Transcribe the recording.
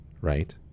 right